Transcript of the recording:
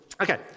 Okay